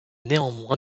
néanmoins